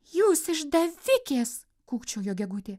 jūs išdavikės kūkčiojo gegutė